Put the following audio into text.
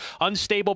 unstable